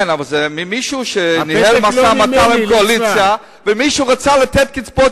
אבל זה ממישהו שעשה משא-ומתן לקואליציה ומישהו רצה לתת קצבאות